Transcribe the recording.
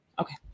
Okay